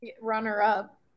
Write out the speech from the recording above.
Runner-up